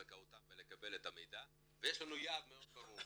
זכאותם ולקבל את המידע ויש לנו יעד מאוד ברור,